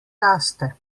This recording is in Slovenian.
raste